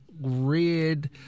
red